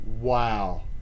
Wow